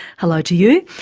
hello to you.